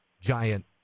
giant